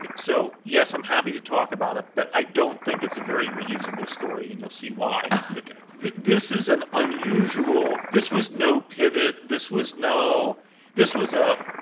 so yes, i'm happy to talk about it, but i don't think it's a very reusable story, and you'll see why. okay this is an unusual this was no pivot. this was no this was a,